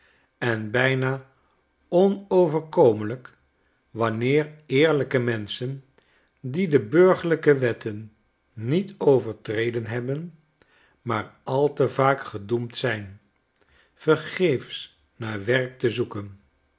en bijna onoverkomelijk wanneer eerlijke menschen die de burgerlijke wetten niet overtreden hebben maar al te vaak gedoemd zijn vergeefs naar werk te zoeken